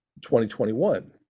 2021